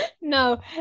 No